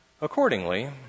Accordingly